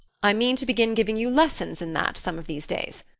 i mean to begin giving you lessons in that some of these days.